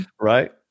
Right